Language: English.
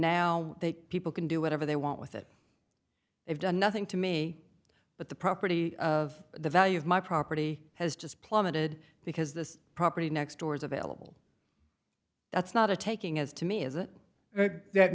now they people can do whatever they want with it they've done nothing to me but the property of the value of my property has just plummeted because the property next door is available that's not a taking as to me isn't it that